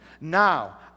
now